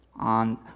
on